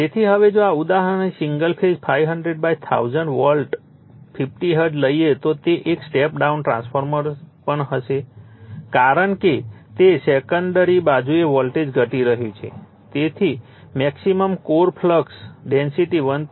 તેથી હવે જો આ ઉદાહરણ સિંગલ ફેઝ 5001000 વોલ્ટ 50 હર્ટ્ઝ લઈએ તો તે એક સ્ટેપ ડાઉન ટ્રાન્સફોર્મર પણ હશે કારણ કે સેકન્ડરી બાજુએ વોલ્ટેજ ઘટી રહ્યું છે તેની મેક્સિમમ કોર ફ્લક્સ ડેન્સિટી 1